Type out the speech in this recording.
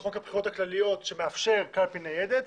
מחוק הבחירות הכלליות שמאפשר קלפי ניידת.